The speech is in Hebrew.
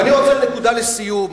ואני רוצה, נקודה לסיום,